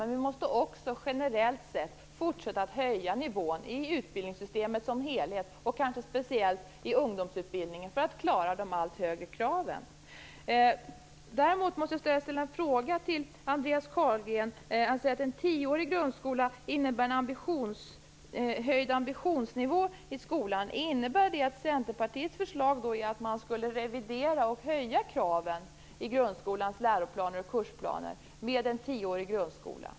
Men vi måste också generellt sett fortsätta att höja nivån i utbildningssystemet som helhet, kanske speciellt i ungdomsutbildningen, för att klara de allt högre kraven. Jag måste ställa en fråga till Andreas Carlgren. Han säger att en tioårig grundskola innebär en höjd ambitionsnivå i skolan. Innebär det att Centerpartiets förslag är att man skall revidera och höja kraven i grundskolans läroplaner och kursplaner med en tioårig grundskola?